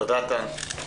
תודה טל.